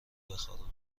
بخارونه